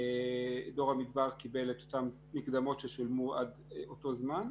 דור המדבר קיבל את אותן מקדמות ששולמו עד אותו זמן,